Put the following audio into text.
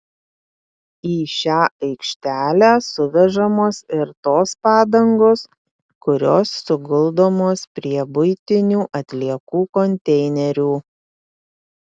į šią aikštelę suvežamos ir tos padangos kurios suguldomos prie buitinių atliekų konteinerių